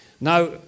Now